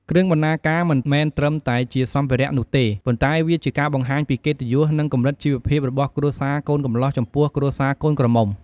គ្រឿងបណ្ណាការ មិនមែនត្រឹមតែជាសម្ភារៈនោះទេ ប៉ុន្តែវាជាការបង្ហាញពី កិត្តិយស និងកម្រិតជីវភាព របស់គ្រួសារកូនកំលោះចំពោះគ្រួសារកូនក្រមុំ។